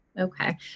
Okay